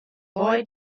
boy